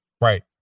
Right